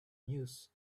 news